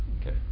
Okay